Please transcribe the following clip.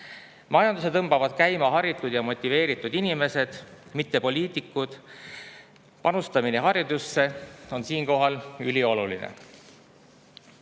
Majanduse tõmbavad käima haritud ja motiveeritud inimesed, mitte poliitikud. Panustamine haridusse on siinkohal ülioluline. Eesti